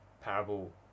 parable